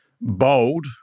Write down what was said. Bold